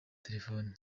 telefoni